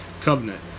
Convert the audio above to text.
covenant